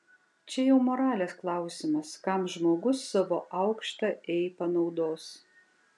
čia jau moralės klausimas kam žmogus savo aukštą ei panaudos